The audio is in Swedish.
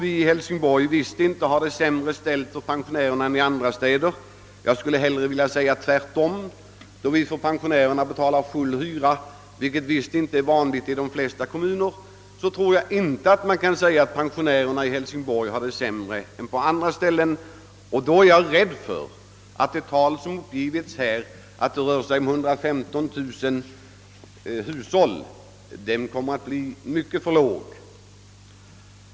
I Hälsingborg har vi det visst inte sämre ordnat för pensionärerna än i andra städer — jag skulle snarare vilja säga tvärtom. Vi betalar full hyra för pensionärerna, vilket inte förekommer i de flesta kommuner. Jag är alltså rädd för att det tal som uppgivits här — det skulle röra sig om 115 000 hushåll — kommer att visa sig vara alldeles för lågt.